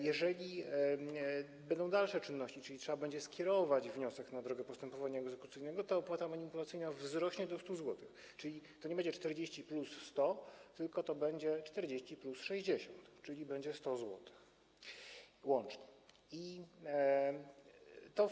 Jeżeli będą dalsze czynności, czyli trzeba będzie skierować wniosek na drogę postępowania egzekucyjnego, ta opłata manipulacyjna wzrośnie do 100 zł, czyli to nie będzie 40 plus 100, tylko 40 plus 60, czyli łącznie to będzie 100 zł.